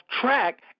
track